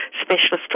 specialist